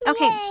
Okay